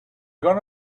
gone